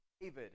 David